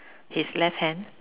his left hand